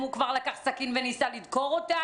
אם הוא כבר לקח סכין וניסה לדקור אותה,